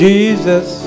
Jesus